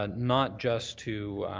ah not just to